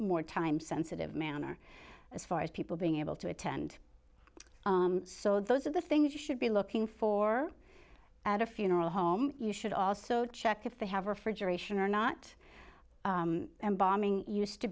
more time sensitive manner as far as people being able to attend so those are the things you should be looking for at a funeral home you should also check if they have refrigeration or not embalming used to